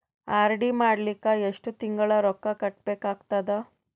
RD ಮಾಡಲಿಕ್ಕ ಎಷ್ಟು ತಿಂಗಳ ರೊಕ್ಕ ಕಟ್ಟಬೇಕಾಗತದ?